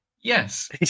Yes